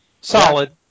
solid